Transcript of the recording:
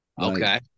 Okay